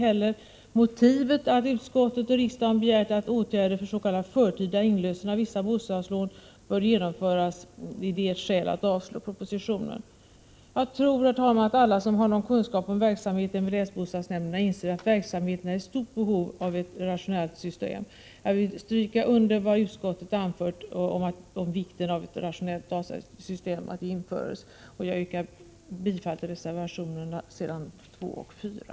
Att utskottet och riksdagen begärt att åtgärder för s.k. förtida inlösen av vissa bostadslån skall genomföras är inte heller skäl för att avslå propositionen. Jag tror, herr talman, att alla som har någon kunskap om verksamheten vid länsbostadsnämnderna inser att det verkligen behövs ett rationellt system. Jag vill stryka under vad utskottet anfört om vikten av att ett rationellt datasystem införs. Jag yrkar bifall till reservationerna 2 och 4.